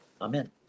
Amen